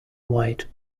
white